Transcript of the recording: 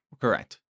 Correct